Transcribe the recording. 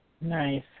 Nice